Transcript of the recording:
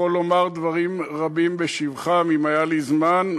יכול לומר דברים רבים בשבחם, אם היה לי זמן.